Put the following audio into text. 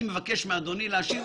יכול להיות שאתה רואה כרגע בלית ברירה,